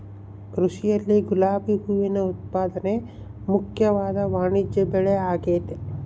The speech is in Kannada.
ಕೃಷಿಯಲ್ಲಿ ಗುಲಾಬಿ ಹೂವಿನ ಉತ್ಪಾದನೆ ಮುಖ್ಯವಾದ ವಾಣಿಜ್ಯಬೆಳೆಆಗೆತೆ